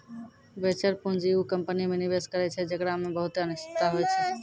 venture पूंजी उ company मे निवेश करै छै जेकरा मे बहुते अनिश्चिता होय छै